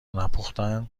نپختن